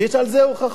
ויש על זה הוכחות